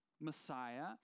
Messiah